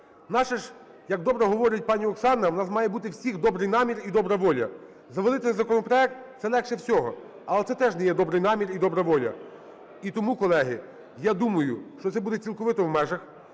Як добре говорить пані Оксана, у нас має бути у всіх добрий намір і добра воля. Завалити законопроект – це легше всього, але це теж не є добрий намір і добра воля. І тому, колеги, я думаю, що це буде цілковито в межах,